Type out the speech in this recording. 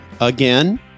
again